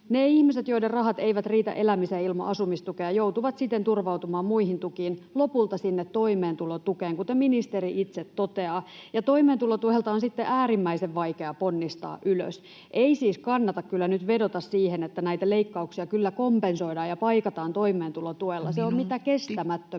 Ne ihmiset, joiden rahat eivät riitä elämiseen ilman asumistukea, joutuvat sitten turvautumaan muihin tukiin, lopulta siihen toimeentulotukeen, kuten ministeri itse toteaa. Toimeentulotuelta on sitten äärimmäisen vaikea ponnistaa ylös. Ei siis kannata nyt vedota siihen, että näitä leikkauksia kyllä kompensoidaan ja paikataan toimeentulotuella, [Puhemies: Minuutti!]